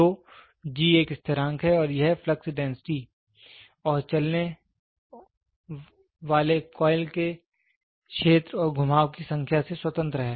तो G एक स्थिरांक है और यह फ्लक्स डेंसिटी और चलने और चलने वाले कॉइल के क्षेत्र और घुमाव की संख्या से स्वतंत्र है